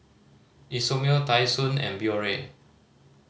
Isomil Tai Sun and Biore